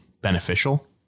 beneficial